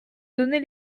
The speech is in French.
donner